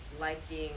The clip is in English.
liking